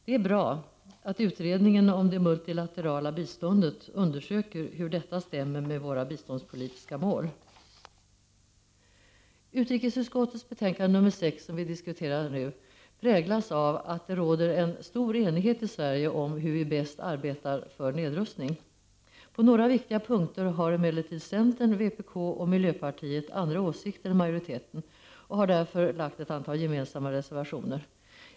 Det är bra att utredningen om det multilaterala biståndet undersöker hur detta stämmer med våra biståndspolitiska mål. Utrikesutskottets betänkande nr 6 som vi diskuterar nu präglas av att det råder en stor enighet i Sverige om hur vi bäst arbetar för nedrustning. På några viktiga punkter har emellertid centern, vpk och miljöpartiet andra åsikter än majoriteten och har därför lagt ett antal gemensamma reservationer.